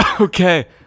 Okay